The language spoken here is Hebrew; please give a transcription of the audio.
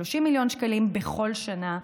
30 מיליון שקלים בכל שנה.